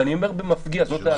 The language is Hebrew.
ואני אומר במפגיע, זאת דעתי.